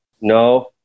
no